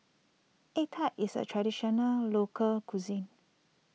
Egg Tart is a Traditional Local Cuisine